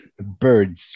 birds